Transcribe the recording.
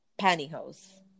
pantyhose